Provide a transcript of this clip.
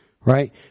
right